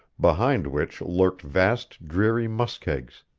behind which lurked vast dreary muskegs,